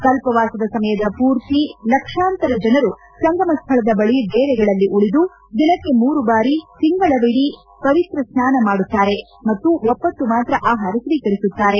ಕಲ್ಪವಾಸದ ಸಮಯದ ಪೂರ್ತಿ ಲಕ್ಷಾಂತರ ಜನರು ಸಂಗಮ ಸ್ನಳದ ಬಳಿ ಡೇರೆಗಳಲ್ಲಿ ಉಳಿದು ದಿನಕ್ಕೆ ಮೂರು ಬಾರಿ ತಿಂಗಳಿಡೀ ಪವಿತ್ರ ಸ್ನಾನ ಮಾಡುತ್ತಾರೆ ಮತ್ತು ಒಪ್ಪತ್ತು ಮಾತ್ರ ಆಹಾರ ಸ್ವೀಕರಿಸುತ್ತಾರೆ